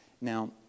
Now